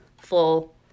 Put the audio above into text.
full